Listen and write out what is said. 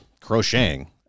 crocheting